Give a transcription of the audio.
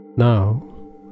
Now